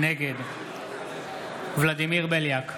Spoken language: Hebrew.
נגד ולדימיר בליאק,